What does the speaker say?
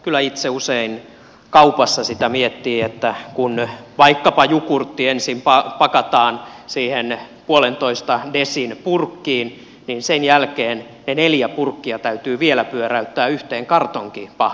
kyllä itse usein kaupassa sitä mietin että kun vaikkapa jukurtti ensin pakataan siihen puolentoista desin purkkiin niin sen jälkeen ne neljä purkkia täytyy vielä pyöräyttää yhden kartonkipahvin sisään